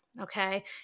okay